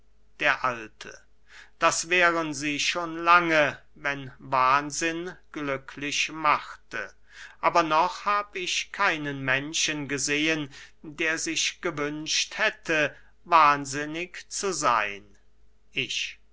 der alte das wären sie schon lange wenn wahnsinn glücklich machte aber noch hab ich keinen menschen gesehen der sich gewünscht hätte wahnsinnig zu seyn ich